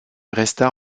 resta